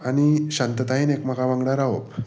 आनी शांततायेन एकमेका वांगडा रावप